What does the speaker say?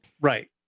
Right